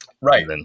Right